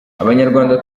abanyarwanda